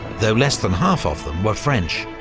though less than half of them were french.